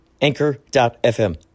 Anchor.fm